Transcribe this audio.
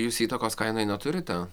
jūs įtakos kainai neturite